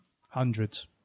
Hundreds